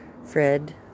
Fred